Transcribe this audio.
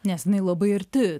nes jinai labai arti